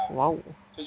!wow!